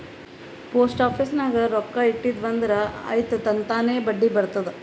post office ನಾಗ್ ರೊಕ್ಕಾ ಇಟ್ಟಿದಿ ಅಂದುರ್ ಆಯ್ತ್ ತನ್ತಾನೇ ಬಡ್ಡಿ ಬರ್ತುದ್